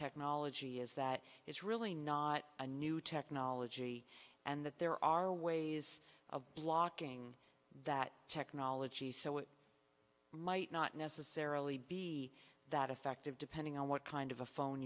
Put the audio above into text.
technology is that it's really not a new technology and that there are ways of blocking that technology so it might not necessarily be that effective depending on what kind of a phone